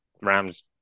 Rams